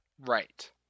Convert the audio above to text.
Right